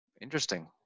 Interesting